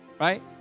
right